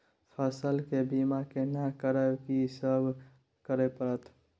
फसल के बीमा केना करब, की सब करय परत?